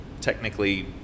technically